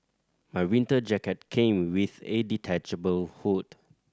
my winter jacket came with a detachable hood